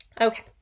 Okay